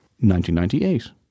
1998